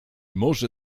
może